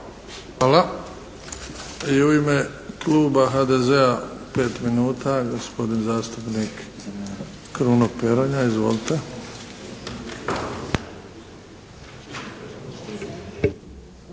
Hvala. I u ime kluba HDZ-a, pet minuta, gospodin zastupnik Kruno Peronja. Izvolite.